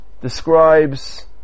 describes